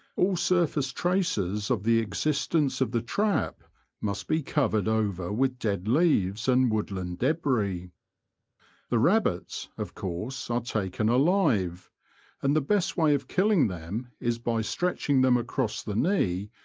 all surface traces of the existence of the trap must be covered over with dead leaves and woodland debris. the rabbits, of course, are taken alive and the best way of killing them is by stretching them across the knee,